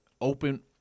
open